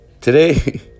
Today